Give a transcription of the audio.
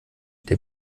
der